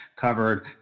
covered